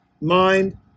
Mind